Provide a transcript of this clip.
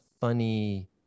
funny